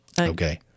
Okay